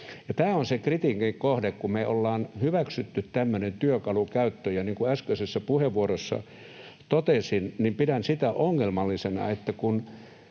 Tämä on se kritiikin kohde, kun me ollaan hyväksytty tämmöinen työkalu käyttöön. Niin kuin äskeisessä puheenvuorossa totesin, pidän sitä ongelmallisena, että kun